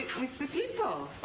w-with the people.